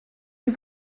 die